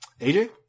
AJ